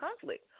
conflict